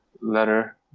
letter